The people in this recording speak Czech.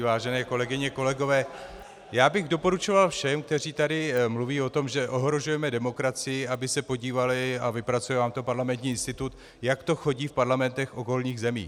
Vážené kolegyně, kolegové, já bych doporučoval všem, kteří tady mluví o tom, že ohrožujeme demokracii, aby se podívali, a vypracuje vám to Parlamentní institut, jak to chodí v parlamentech okolních zemí.